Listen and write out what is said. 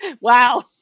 Wow